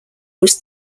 was